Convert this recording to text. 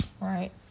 Right